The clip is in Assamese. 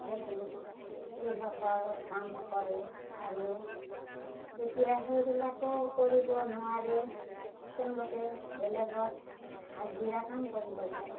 সেইটো কৃষকৰ কাম কৰে আৰু যেতিয়া সেইবিলাকো কৰিব নোৱাৰে তেওঁলোকে বেলেগত হাজিৰা কাম কৰিব যায়